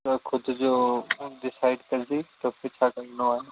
त ख़ुदि जो डिसाइड करजाईं तोखे छा करिणो आहे